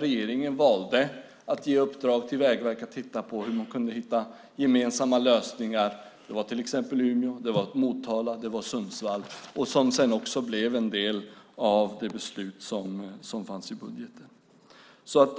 Regeringen valde att ge Vägverket i uppdrag att titta på hur man kunde hitta gemensamma lösningar för ett antal vägprojekt, bland annat i Umeå, Motala och Sundsvall. Det blev också en del i de beslut som fanns i budgeten.